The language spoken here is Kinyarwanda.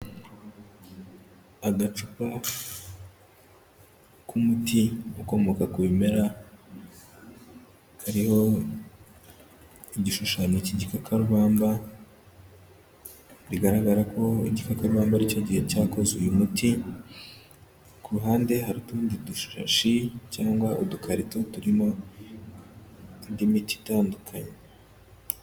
Agacupa k'umuti ukomoka ku bimera, kariho igishushanyo cyigikakabamba, bigaragara ko igikakarubamba ari icyo gihe cyakoze uyu muti, ku ruhande hari utundi dushashi cyangwa udukarito turimo indi miti itandukanye.